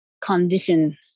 condition